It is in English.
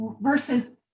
Versus